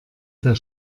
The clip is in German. der